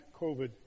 COVID